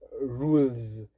rules